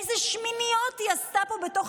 איזה שמיניות באוויר היא עשתה פה בתוך